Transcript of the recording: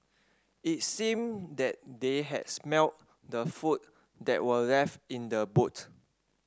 it seemed that they had smelt the food that were left in the boot